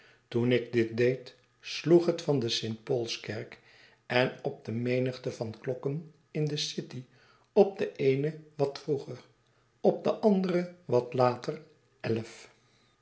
toen ik dit deed sloeg het van de st paulskerk en op de menigte van klokken in de city op de eene wat vroeger op de andere wat later elf